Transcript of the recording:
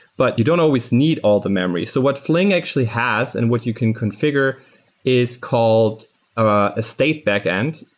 but you don't always need all the memory. so what flink actually has and what you can configure is called a state backend,